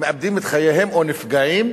מאבדים את חייהם או נפגעים,